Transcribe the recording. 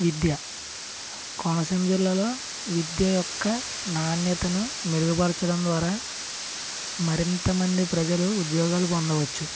విద్య కోనసీమ జిల్లాలో విద్య యొక్క నాణ్యతను మెరుగుపరచడం ద్వారా మరింతమంది ప్రజలు ఉద్యోగాలు పొందవచ్చు